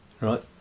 right